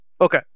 Okay